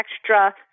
extra